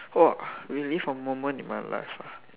!wah! relive a moment in my life ah